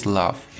Love 》